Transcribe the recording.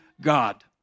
God